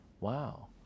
wow